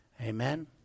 Amen